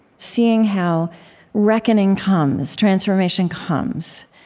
seeing how reckoning comes, transformation comes